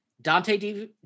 Dante